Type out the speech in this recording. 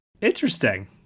interesting